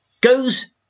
goes